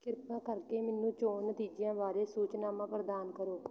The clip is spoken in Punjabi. ਕਿਰਪਾ ਕਰਕੇ ਮੈਨੂੰ ਚੋਣ ਨਤੀਜਿਆਂ ਬਾਰੇ ਸੂਚਨਾਵਾਂ ਪ੍ਰਦਾਨ ਕਰੋ